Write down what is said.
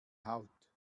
haut